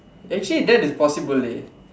actually that is possible dey